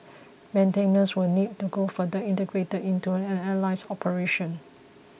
maintenance will need to go further integrated into an airline's operation